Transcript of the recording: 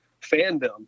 fandom